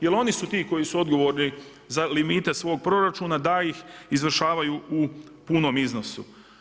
Jer oni su ti koji su odgovorni za limite svog proračuna da ih izvršavaju u punom iznosu.